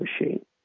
machine